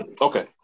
okay